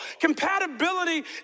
compatibility